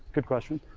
good question.